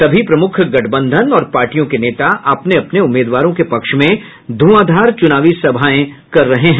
सभी प्रमुख गठबंधन और पार्टियों के नेता अपने अपने उम्मीदवारों के पक्ष में ध्रंआधार चुनावी सभाओं को संबोधित कर रहे हैं